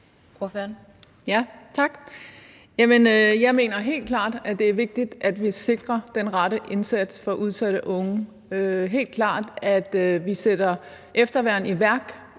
Jeg mener helt klart, at det er vigtigt, at vi sikrer den rette indsats for udsatte unge. Det er helt klart vigtigt, at vi sætter efterværn i værk